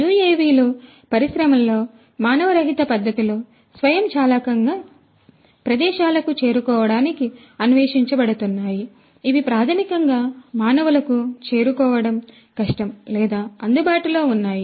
UAV లు పరిశ్రమలో మానవరహిత పద్ధతిలో స్వయంచాలకంగా ప్రదేశాలకు చేరుకోవడానికి అన్వేషించబడుతున్నాయి ఇవి ప్రాథమికంగా మానవులకు చేరుకోవడం కష్టం లేదా అందుబాటులో ఉన్నాయి